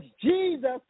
Jesus